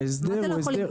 ההסדר הוא הסדר.